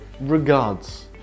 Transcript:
Regards